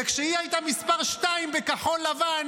וכשהיא הייתה מספר שתיים בכחול לבן